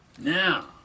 Now